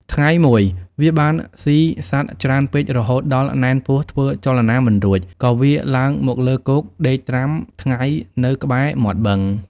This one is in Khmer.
ថ្ងៃមួយ វាបានស៊ីសត្វច្រើនពេករហូតដល់ណែនពោះធ្វើចលនាមិនរួច ក៏វារឡើងមកលើគោកដេកត្រាំថ្ងៃនៅក្បែរមាត់បឹង។